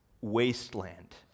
wasteland